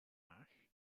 haag